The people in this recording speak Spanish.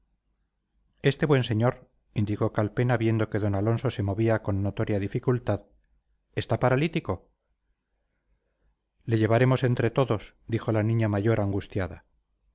este buen señor indicó calpena viendo que d alonso se movía con notoria dificultad está paralítico le llevaremos entre todos dijo la niña mayor angustiada